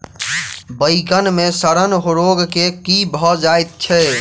बइगन मे सड़न रोग केँ कीए भऽ जाय छै?